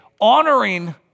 honoring